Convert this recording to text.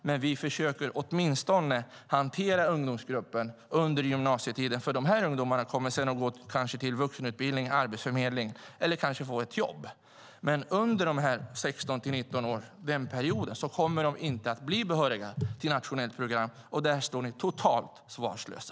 Men vi försöker åtminstone hantera ungdomsgruppen under gymnasietiden. De här ungdomarna kommer kanske sedan att gå till vuxenutbildning eller arbetsförmedling, eller de kanske får ett jobb. Men under perioden då de är 16-19 år kommer de inte att bli behöriga till ett nationellt program, och där står ni totalt svarslösa.